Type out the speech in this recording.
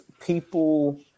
people